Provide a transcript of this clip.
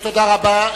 תודה רבה.